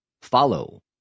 follow